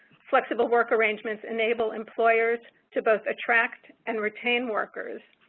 flexible work arrangements enable and lawyers to both attract and retain workers,